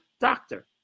doctor